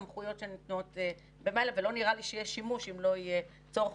חלקם הם שברי יירוט,